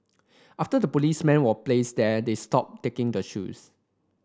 after the policeman were placed there they stopped taking the shoes